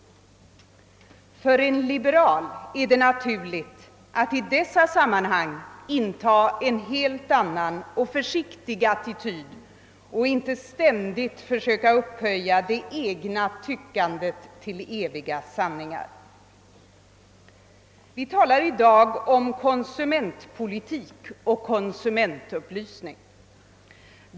För en liberal är det naturligt att i dessa sammanhang inta en helt annan och försiktig attityd och att inte ständigt försöka upphöja det egna tyckandet till eviga sanningar. Vi talar i dag om konsumentpolitik och konsumentupplysning.